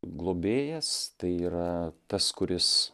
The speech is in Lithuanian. globėjas tai yra tas kuris